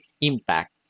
impact